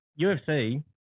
UFC